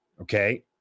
okay